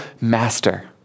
master